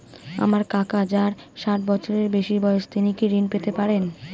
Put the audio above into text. আমার কাকা যার ষাঠ বছরের বেশি বয়স তিনি কি ঋন পেতে পারেন?